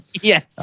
yes